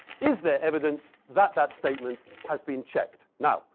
is there evidence that that statement has been checked? now